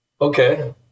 Okay